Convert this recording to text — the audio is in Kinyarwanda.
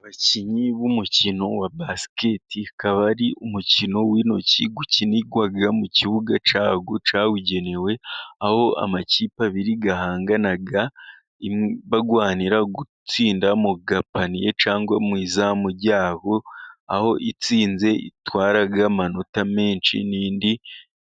Abakinnyi b'umukino wa basiketi ukaba ari umukino w'intoki, ukinirwa mu kibuga cyawo cyabugenewe, aho amakipe abiri ahangana barwanira gutsinda mu gapaniye cyangwa mu izamu ryabo aho itsinze itwara amanota menshi, n'indi